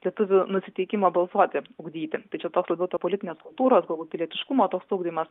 lietuvių nusiteikimą balsuoti ugdyti tai čia toks labiau to politinės kultūros galbūt pilietiškumo toks ugdymas